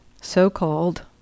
so-called